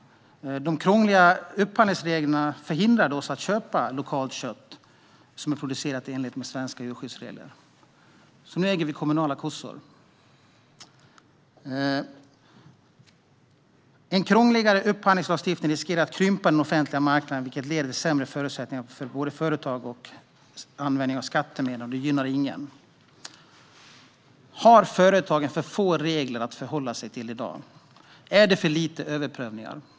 De krångliga upphandlingsreglerna hindrade oss från att köpa lokalt kött som är producerat i enlighet med svenska djurskyddsregler, så nu äger vi kommunala kossor. En krångligare upphandlingslagstiftning riskerar att krympa den offentliga marknaden, vilket leder till sämre förutsättningar för företagen och sämre användning av skattemedlen. Det gynnar ingen. Har företagen för få regler att förhålla sig till i dag? Är det för få överprövningar?